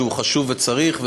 שהוא חשוב וצריך אותו,